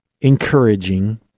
encouraging